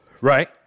Right